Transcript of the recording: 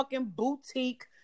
boutique